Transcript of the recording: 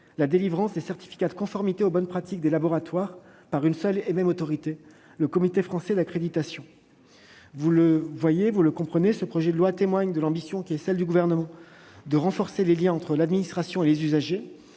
la délivrance des certificats de conformité aux bonnes pratiques des laboratoires par une seule et même autorité, le Comité français d'accréditation. Vous l'aurez compris, mesdames, messieurs les sénateurs, ce projet de loi témoigne de l'ambition du Gouvernement de renforcer les liens entre l'administration et les usagers,